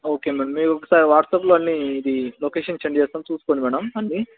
okay madam మీరు ఒకసారి వాట్సాప్లో అన్నీ ఇది లొకేషన్స్ సెండ్ చేస్తాము చూసుకోండి మేడమ్ అన్నీ